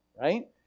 right